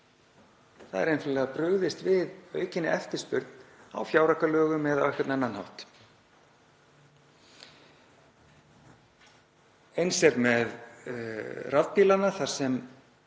Það er einfaldlega brugðist við aukinni eftirspurn á fjáraukalögum eða á einhvern annan hátt. Eins er með rafbílana þar sem